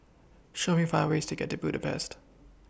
Show Me five ways to get to Budapest